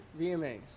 VMAs